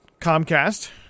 Comcast